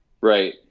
Right